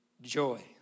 joy